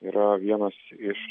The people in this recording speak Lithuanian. yra vienas iš